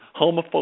homophobic